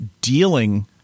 dealing